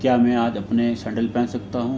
क्या मैं आज अपने सैंडल पहन सकता हूँ